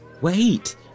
Wait